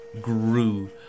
grew